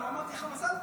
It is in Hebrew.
לא אמרתי לך מזל טוב.